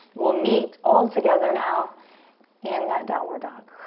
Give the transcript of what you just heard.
we'll meet all together now in that downward dog.